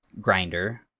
Grinder